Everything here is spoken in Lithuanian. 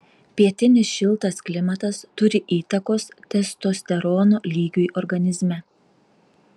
pietinis šiltas klimatas turi įtakos testosterono lygiui organizme